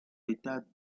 état